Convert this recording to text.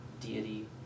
deity